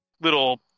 little